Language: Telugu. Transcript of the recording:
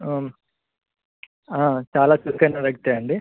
చాలా చురుకైన వ్యక్తే అండి